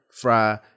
fry